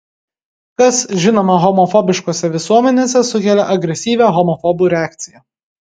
kas žinoma homofobiškose visuomenėse sukelia agresyvią homofobų reakciją